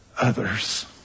others